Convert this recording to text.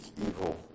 evil